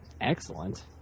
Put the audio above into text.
excellent